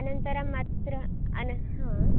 अनन्तरमत्र अन ह